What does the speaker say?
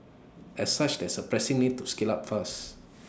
as such there is A pressing need to scale up fast